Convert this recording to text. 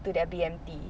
to their B_M_T